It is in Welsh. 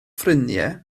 ffrindiau